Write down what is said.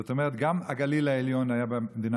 זאת אומרת, גם הגליל העליון היה במדינה